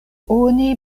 oni